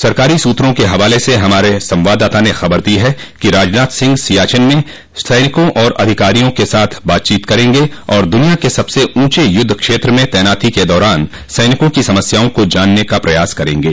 सरकारी सूत्रों के हवाले से हमारे संवाददाता ने खबर दी है कि राजनाथ सिंह सियाचिन में सैनिकों और अधिकारियों के साथ बातचीत करेंगे और दुनिया क सबसे ऊंचे युद्ध क्षेत्र में तैनाती के दौरान सैनिकों की समस्याओं को जानने का प्रयास करेंगे